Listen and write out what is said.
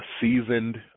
seasoned